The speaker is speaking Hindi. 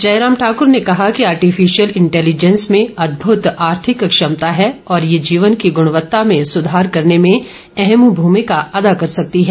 जयराम ठाक्र ने कहा कि आर्टिफिशियल इंटेलिजेंस में अदभुत आर्थिक क्षमता है और ये जीवन की ग्रणवत्ता में सुधार करने में अहम भूमिका अदा कर सकती है